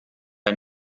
ein